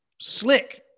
Slick